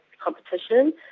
competition